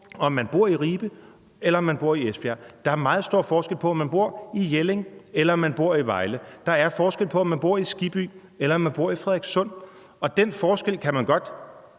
om man bor i Esbjerg. Der er meget stor forskel på, om man bor i Jelling, eller om man bor i Vejle. Der er forskel på, om man bor i Skibby, eller om man bor i Frederikssund. Og den forskel kan man godt